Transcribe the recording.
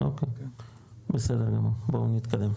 אוקי, בסדר גמור, בואו נתקדם.